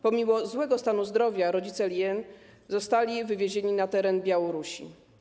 Pomimo złego stanu zdrowia rodzice Eileen zostali wywiezieni na teren Białorusi.